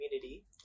community